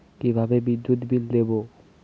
কিভাবে বিদ্যুৎ বিল দেবো?